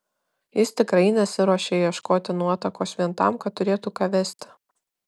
jis tikrai nesiruošė ieškoti nuotakos vien tam kad turėtų ką vesti